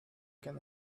can